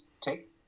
take